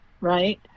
right